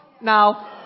Now